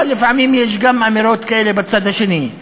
אבל לפעמים יש גם אמירות כאלה בצד השני,